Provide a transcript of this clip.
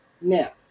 Now